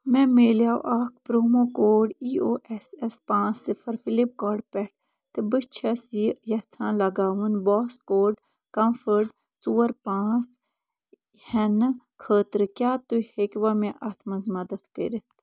مےٚ مِلیو اَکھ promo code E O S S پانٛژھ سِفر فِلِپکاٹ پٮ۪ٹھ تہِ بہٕ چھَس یہِ یژھان لگاوُن بوس کوڈ کَمفٲٹ ژور پانٛژھ ہٮ۪نہٕ خٲطرٕ کیٛاہ تُہۍ ہیٚکِوا مےٚ اَتھ منٛز مدتھ کٔرِتھ